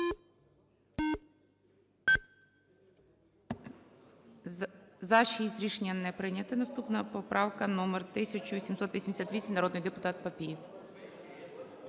За-6 Рішення не прийнято. Наступна поправка номер 1788. Народний депутат Папієв.